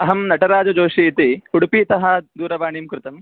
अहं नटराज जोषी इति उडुपीतः दूरवाणीं कृतम्